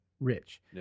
Rich